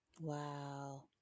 Wow